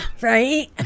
Right